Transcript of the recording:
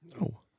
No